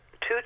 two